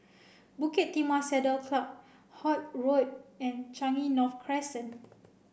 Bukit Timah Saddle Club Holt Road and Changi North Crescent